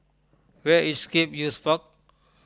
where is Scape Youth Park